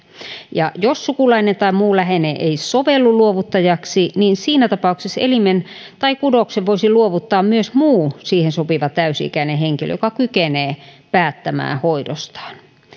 jos sukulainen tai muu läheinen ei sovellu luovuttajaksi niin siinä tapauksessa elimen tai kudoksen voisi luovuttaa myös muu siihen sopiva täysi ikäinen henkilö joka kykenee päättämään hoidostaan